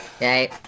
Yay